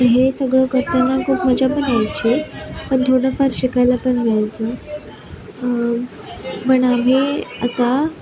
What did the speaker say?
हे सगळं करताना खूप मजा पण यायची पण थोडंफार शिकायला पण मिळायचं पण आम्ही आता